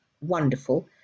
wonderful